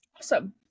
Awesome